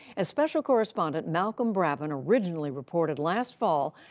as special correspondent malcolm brabant orignially reported last fall,